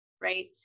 right